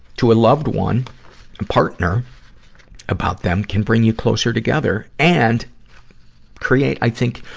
to a loved one, a partner about them can bring you closer together and create, i think,